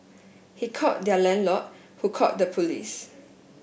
he called their landlord who called the police